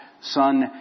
son